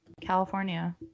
California